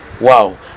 wow